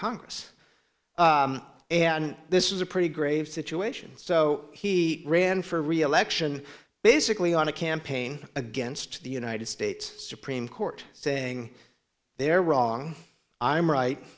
congress and this is a pretty grave situation so he ran for reelection basically on a campaign against the united states supreme court saying they're wrong i'm right